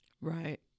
Right